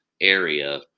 area